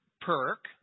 perk